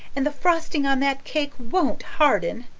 and the frosting on that cake won't harden.